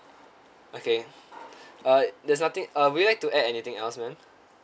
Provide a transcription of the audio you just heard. okay uh there's nothing uh would you like to add anything else ma'am